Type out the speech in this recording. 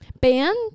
Band